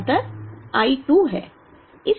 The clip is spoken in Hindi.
अंतर I 2 है